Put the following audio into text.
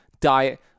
diet